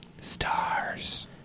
Stars